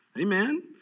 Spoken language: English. Amen